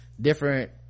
different